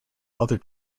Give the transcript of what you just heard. other